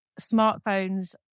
smartphones